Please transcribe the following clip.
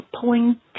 pulling